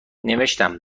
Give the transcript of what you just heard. نوشتم